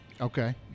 Okay